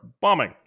bombing